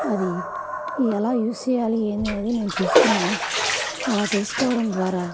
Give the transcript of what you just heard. అది ఎలా యూజ్ చేయాలి ఏంటీ అనేది మేము తెలుసుకున్నాము అలా తెలుసుకోవడం ద్వారా